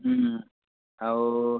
আৰু